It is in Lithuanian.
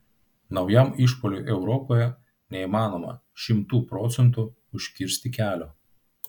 naujam išpuoliui europoje neįmanoma šimtu procentų užkirsti kelio